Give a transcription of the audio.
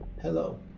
hello